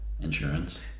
Insurance